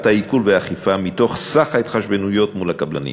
העיקול והאכיפה מתוך סך ההתחשבנויות מול הקבלנים.